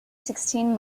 sixteen